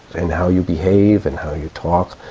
and how you behave and how you talk.